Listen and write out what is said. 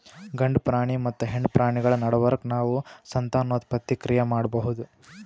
ಗಂಡ ಪ್ರಾಣಿ ಮತ್ತ್ ಹೆಣ್ಣ್ ಪ್ರಾಣಿಗಳ್ ನಡಬರ್ಕ್ ನಾವ್ ಸಂತಾನೋತ್ಪತ್ತಿ ಕ್ರಿಯೆ ಮಾಡಬಹುದ್